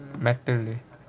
a matter leh